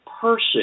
person